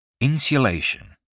Insulation